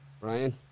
Ryan